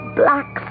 black